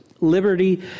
Liberty